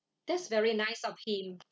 that's very nice of him